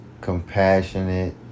compassionate